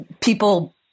people